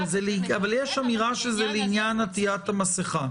אבל יש אמירה שזה לעניין עטיית המסכה.